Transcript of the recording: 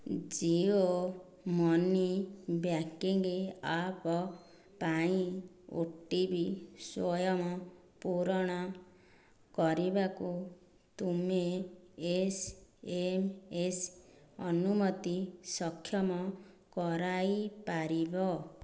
Jio Money banking app ପାଇଁ OTP ସ୍ଵୟଂ ପୂରଣ କରିବାକୁ ତୁମେ ଏସଏମଏସ ଅନୁମତି ସକ୍ଷମ କରାଇପାରିବ